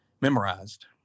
memorized